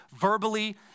verbally